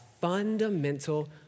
fundamental